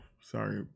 sorry